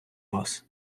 вас